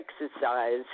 exercise